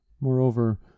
Moreover